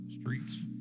streets